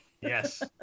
Yes